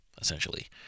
essentially